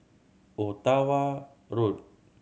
Ottawa Road